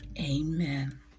Amen